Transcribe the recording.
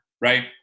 right